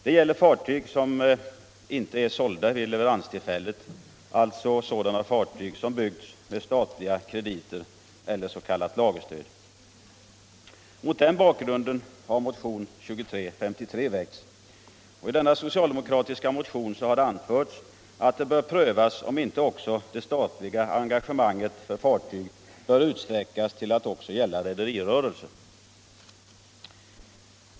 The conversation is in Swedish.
Det gäller fartyg som ej är sålda vid leveranstillfället, alltså sådana fartyg som byggts med statliga krediter eller s.k. lagerstöd. Mot den bakgrunden har motionen 2353 väckts. I denna socialdemokratiska motion har anförts att det bör prövas om inte det statliga engagemanget för fartygsbyggande bör utsträckas till att gälla också rederirörelse.